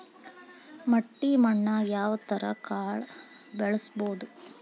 ಮಟ್ಟಿ ಮಣ್ಣಾಗ್, ಯಾವ ತಳಿ ಕಾಳ ಬೆಳ್ಸಬೋದು?